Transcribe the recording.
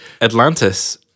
Atlantis